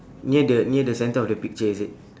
near the near the center of the picture is it